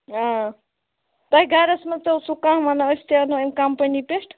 آ تۄہہِ گَرَس منٛز تہِ اوسوٕ کانٛہہ وَنان أسۍ تہِ اَنو اَمہِ کَمپٔنی پٮ۪ٹھ